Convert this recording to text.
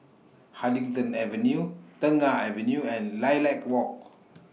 Huddington Avenue Tengah Avenue and Lilac Walk